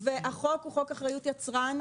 החוק הוא חוק אחריות יצרן,